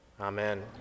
Amen